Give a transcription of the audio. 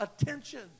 attention